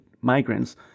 migrants